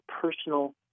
personal